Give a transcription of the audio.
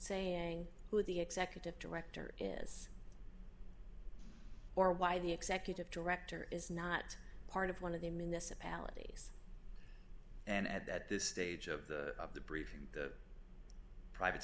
saying who the executive director is or why the executive director is not part of one of the municipality and that this stage of the of the briefing the private